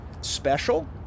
special